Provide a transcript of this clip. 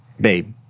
babe